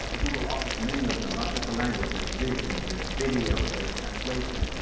ah google offers many of them, not just a language. there's vision. there's video. there's translation.